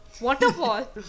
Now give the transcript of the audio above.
waterfall